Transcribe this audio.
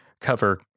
cover